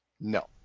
No